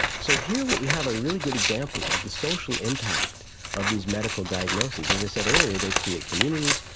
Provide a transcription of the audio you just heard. so here what we have are really good examples of the social impact of these medical diagnoses. as i said earlier, they create communities,